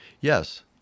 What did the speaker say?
Yes